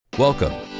Welcome